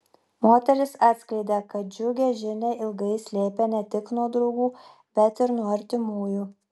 moteris atskleidė kad džiugią žinią ilgai slėpė ne tik nuo draugų bet ir nuo artimųjų